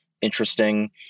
interesting